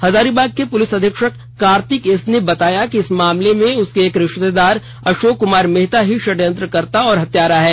Hazaribagh police अधीक्षक Kartik S ने बताया कि इस मामले में उसका एक रिश्तेदार अशोक कमार मेहता ही षड्यंत्रकर्ता और हत्यारा है